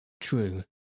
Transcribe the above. True